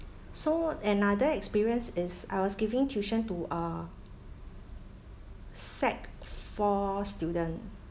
so another experience is I was giving tuition to a sec four student